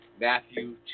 Matthew